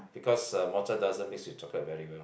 because uh mocha doesn't mix with chocolate very well